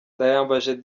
ndayambaje